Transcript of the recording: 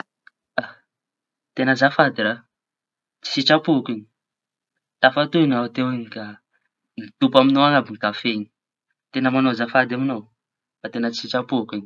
Mikohaka ha teña azafady raha tsy sitrapoko iñy. Tafantohiña aho teo iñy da mitopa amiñao añy àby kafe. Teña manao azafady amiñao fa teña tsy sitrapok iñy.